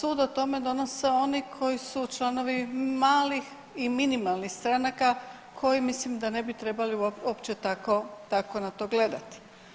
sud o tome donose oni koji su članovi malih i minimalnih stranaka koji mislim da ne bi trebali opće tako na to gledati.